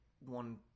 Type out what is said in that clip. one